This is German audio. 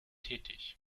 tätig